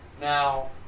Now